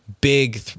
Big